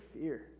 fear